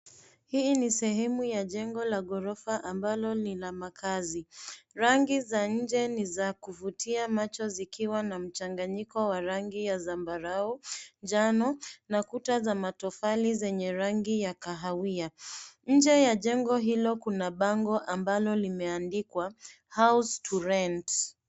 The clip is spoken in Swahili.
Hii ni sehemu ya jengo la gorofa ambalo linamakaazi rangi za nje ni za kuvutia macho zikiwa na mchanganyiko wa rangi ya zambarau manajano na kuta za matofali zenye rangi ya kahawia nje ya jengo hilo kuna bango amabalo limeandikwa house to rent.